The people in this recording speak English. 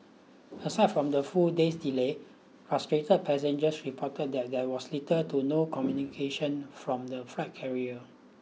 aside from the full day's delay frustrated passengers reported that there was little to no communication from the flight carrier